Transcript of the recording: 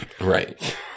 Right